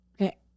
Okay